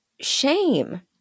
shame